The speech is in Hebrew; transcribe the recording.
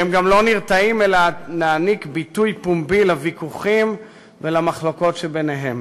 והם גם לא נרתעים מלהעניק ביטוי פומבי לוויכוחים ולמחלוקות שביניהם,